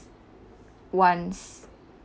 once